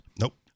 Nope